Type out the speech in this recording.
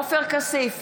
עופר כסיף,